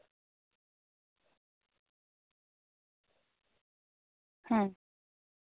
ᱦᱮᱸ